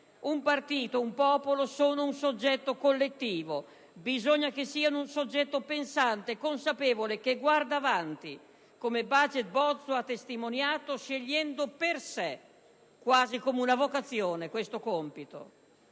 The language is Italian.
Un partito, un popolo sono un soggetto collettivo. Bisogna che siano un soggetto pensante, consapevole, che guarda avanti, come Baget Bozzo ha testimoniato scegliendo per sé, quasi come una vocazione, questo compito.